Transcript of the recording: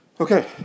Okay